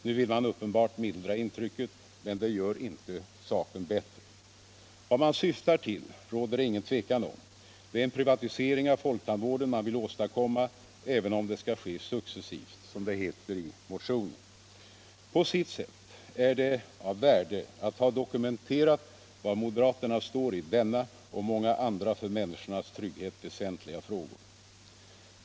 Nu vill man uppenbart mildra intrycket, men det gör inte saken bättre. Vad man syftar till råder det inget tvivel om. Det är en privatisering av folktandvården man vill åstadkomma, även om den skall ske successivt, som det heter i motionen. På sitt sätt är det av värde att ha dokumenterat var moderaterna står i denna och många andra för människornas trygghet väsentliga frågor.